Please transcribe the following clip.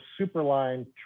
Superline